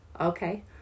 okay